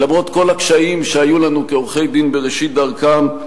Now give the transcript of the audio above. ולמרות כל הקשיים שהיו לנו כעורכי-דין בראשית דרכם,